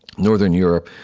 northern europe,